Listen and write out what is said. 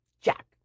Jack